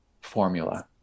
formula